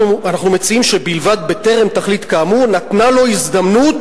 מציעים שבלבד בטרם תחליט כאמור "נתנה לו הזדמנות,